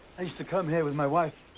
i used to come here with my wife.